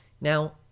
Now